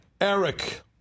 Eric